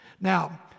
Now